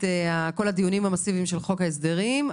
כל הדיונים המסיביים של חוק ההסדרים.